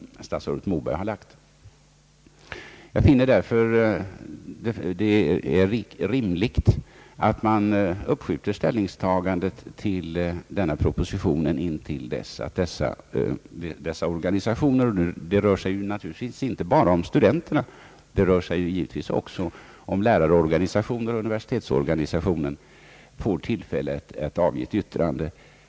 Det är därför rimligt att uppskjuta ställningstagandet till propositionen intill dess att dessa organisationer — det rör sig naturligtvis inte bara om studenterna utan också om lärarorganisationer och universitetsorganisationen — får tillfälle att avge ett yttrande.